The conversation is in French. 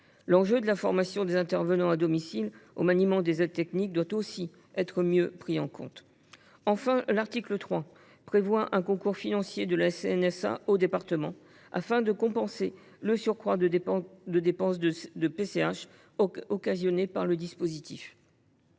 L’enjeu de la formation des intervenants à domicile au maniement des aides techniques doit aussi être mieux pris en compte. Enfin, l’article 3 prévoit que la CNSA apportera aux départements un concours financier afin de compenser le surcroît de dépenses de PCH occasionné par le dispositif.